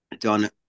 done